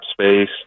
space